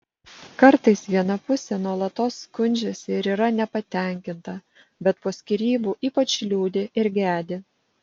kartais viena pusė nuolatos skundžiasi ir yra nepatenkinta bet po skyrybų ypač liūdi ir gedi